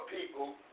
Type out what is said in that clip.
people